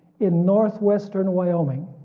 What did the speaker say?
in northwestern wyoming,